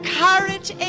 courage